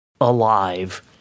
alive